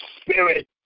spirit